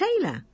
Taylor